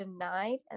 denied